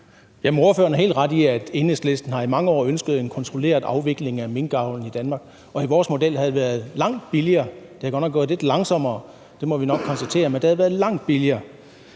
ordføreren har helt ret i, at Enhedslisten i mange år har ønsket en kontrolleret afvikling af minkavlen i Danmark. Vores model havde været langt billigere. Det var godt nok gået lidt langsommere, det må vi konstatere, men det havde været langt billigere.